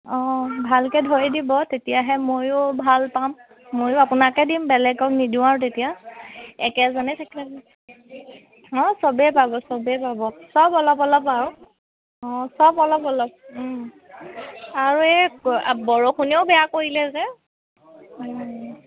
অঁ ভালকৈ ধৰি দিব তেতিয়াহে ময়ো ভাল পাম ময়ো আপোনাকে দিম বেলেগক নিদিও আৰু তেতিয়া একেজনে থাকিলে হা সবে পাব সবে পাব সব অলপ অলপ আৰু অঁ সব অলপ অলপ আৰু এই বৰষুণেও বেয়া কৰিলে যে